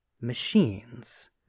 machines